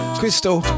crystal